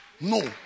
No